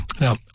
Now